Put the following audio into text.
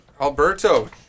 Alberto